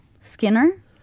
Skinner